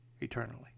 eternally